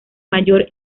mayor